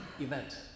event